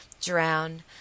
drown